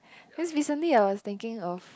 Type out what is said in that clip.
cause recently I was thinking of